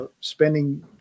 spending